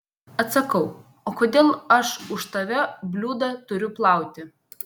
atsakau o kodėl aš už tave bliūdą turiu plauti